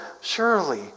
surely